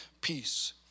peace